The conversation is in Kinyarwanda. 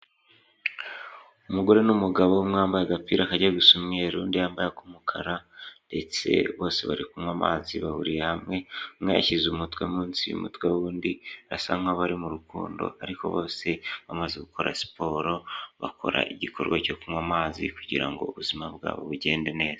Umugore n'umugabo umwe mwambaye agapira kajya gusa umweru undi yambaye ak'umukara ndetse bose bari kunywa amazi bahuriye hamwe, umwe yashyize umutwe munsi y'umutwe w',undi basa nk'aho abari mu rukundo ariko bose bamaze gukora siporo bakora igikorwa cyo kunywa amazi kugira ubuzima bwa bo bugende neza.